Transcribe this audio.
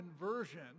conversion